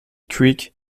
creek